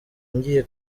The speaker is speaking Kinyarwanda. ngiye